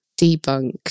debunk